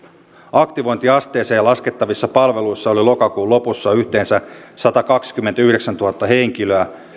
aktivointiasteeseen laskettavissa palveluissa oli lokakuun lopussa yhteensä satakaksikymmentäyhdeksäntuhatta henkilöä